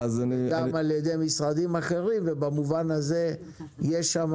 וגם על ידי משרדים אחרים ובמובן הזה יש שם